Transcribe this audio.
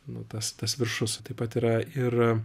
nu tas tas viršus taip pat yra ir